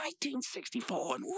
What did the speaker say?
1964